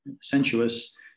sensuous